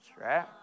right